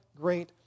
great